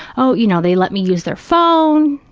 oh, you know, they let me use their phone,